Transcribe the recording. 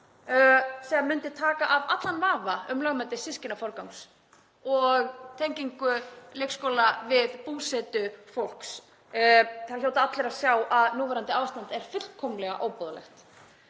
sem myndi taka af allan vafa um lögmæti systkinaforgangs og tengingu leikskóla við búsetu fólks. Það hljóta allir að sjá að núverandi ástand er fullkomlega óboðlegt.